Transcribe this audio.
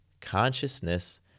consciousness